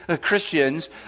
christians